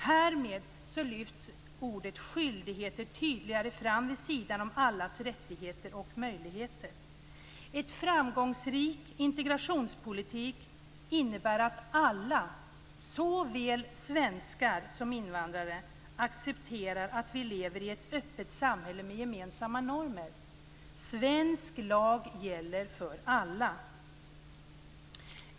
Härmed lyfts ordet "skyldigheter" tydligare fram vid sidan om allas rättigheter och möjligheter. En framgångsrik integrationspolitik innebär att alla - såväl svenskar som invandrare - accepterar att vi lever i ett öppet samhälle med gemensamma normer. Svensk lag gäller för alla.